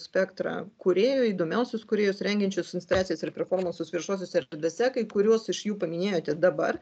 spektrą kūrėjų įdomiausius kūrėjus rengiančius instaliacijas ir performansus viešosiose erdvėse kai kuriuos iš jų paminėjote dabar